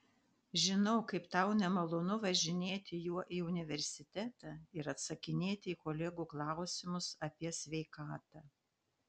žinau kaip tau nemalonu važinėti juo į universitetą ir atsakinėti į kolegų klausimus apie sveikatą